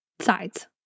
Sides